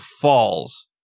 Falls